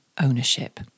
ownership